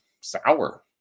sour